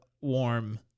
warm